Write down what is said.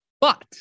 But-